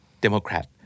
Democrat